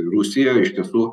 ir rusija iš tiesų